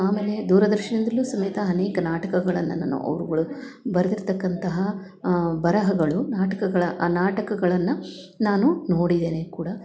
ಆಮೇಲೆ ದೂರದರ್ಶನದಲ್ಲು ಸಮೇತ ಅನೇಕ ನಾಟಕಗಳನ್ನು ನಾನು ಅವ್ರುಗಳು ಬರೆದಿರ್ತಕ್ಕಂತಹ ಬರಹಗಳು ನಾಟಕಗಳ ಆ ನಾಟಕಗಳನ್ನು ನಾನು ನೋಡಿದ್ದೇನೆ ಕೂಡ